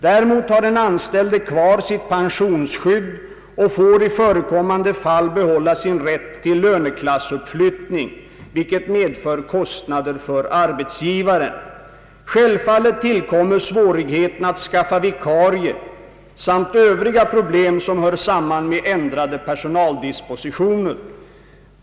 Däremot har den anställde kvar sitt pensionsskydd och får i förekommande fall behålla sin rätt till löneklassuppflyttning, vilket medför kostnader för arbetsgivaren, Självfallet tillkommer svårigheten att skaffa vikarie samt övriga problem som hör samman med ändrade personaldispositioner.